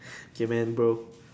okay man bro